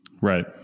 Right